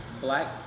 Black